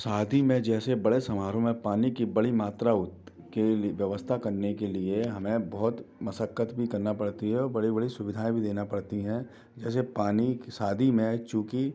शादी में जैसे बड़े समारोह में पानी की बड़ी मात्रा उत के लिए व्यवस्था करने के लिए हमें बहुत मशक़्क़त भी करना पड़ती है और बड़े बड़े सुविधाएं भी देना पड़ती हैं जैसे पानी शादी में चूंकि